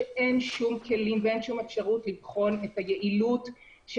שאין שום כלים ואין שום אפשרות לבחון את היעילות של